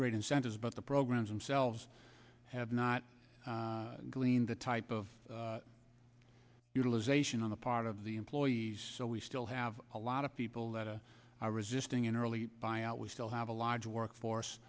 great incentives but the programs themselves have not gleaned the type of utilization on the part of the employees so we still have a lot of people that are resisting an early buyout we still have a large workforce